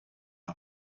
our